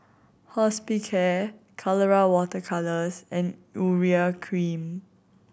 Hospicare Colora Water Colours and Urea Cream